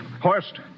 Horst